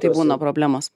tai būna problemos